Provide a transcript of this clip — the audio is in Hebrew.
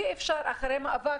אי אפשר אחרי מאבק,